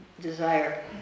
desire